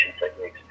techniques